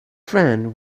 friend